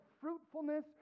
fruitfulness